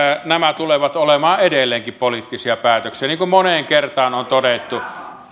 nämä tulevat olemaan edelleenkin tästä edespäin poliittisia päätöksiä niin kun moneen kertaan on todettu